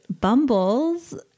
Bumbles